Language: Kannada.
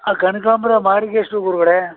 ಆ ಕನಕಾಂಬರ ಮಾರಿಗೆಷ್ಟು ಗುರುಗಳೆ